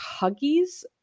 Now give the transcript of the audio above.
huggies